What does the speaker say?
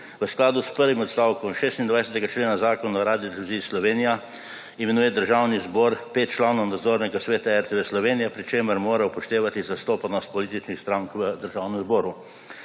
V skladu s prvim odstavkom 26. člena Zakona o Radioteleviziji Slovenija imenuje Državni zbor pet članov nadzornega sveta RTV Slovenije, pri čemer mora upoštevati zastopanost političnih strank v Državnem zboru.